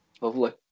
lovely